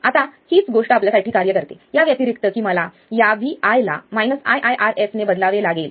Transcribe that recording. आता हीच गोष्ट आपल्यासाठी कार्य करते या व्यतिरिक्त की मला या vi ला iiRs ने बदलावे लागेल